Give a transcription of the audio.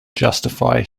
justify